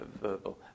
verbal